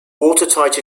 watertight